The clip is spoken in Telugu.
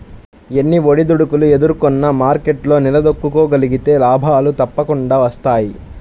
ఎన్ని ఒడిదుడుకులు ఎదుర్కొన్నా మార్కెట్లో నిలదొక్కుకోగలిగితే లాభాలు తప్పకుండా వస్తాయి